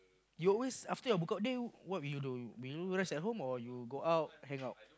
you always after your book out day what will you do will you rest at home or you go out hang out